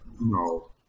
no